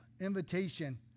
Invitation